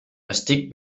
estic